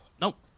Nope